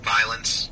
Violence